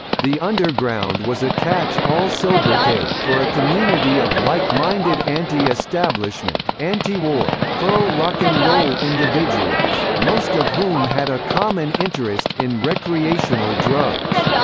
the underground was a catch-all sobriquet for a community of like-minded anti-establishment, anti-war, pro-rock'n'roll individuals, most of whom had a common interest in recreational drugs.